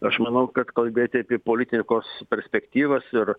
aš manau kad kalbėti apie politikos perspektyvas ir